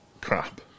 crap